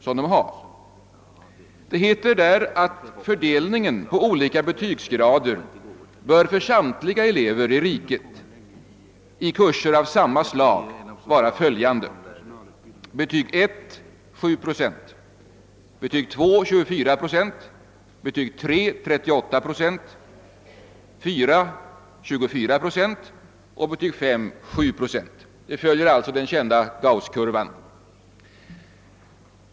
Det heter i läroplanen att fördelningen på olika betygsgrader för samtliga elever i riket i kurser av samma slag bör vara följande: Betyget 1 7 procent, betyget 2 24 procent, betyget 3 38 procent, betyget 4 24 procent och betyget 3 7 procent. Fördelningen följer alltså den kända Gauss-kurvan.